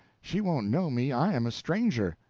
she won't know me i am a stranger.